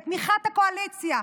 בתמיכת הקואליציה: